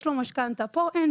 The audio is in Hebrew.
יש לו משכנתא.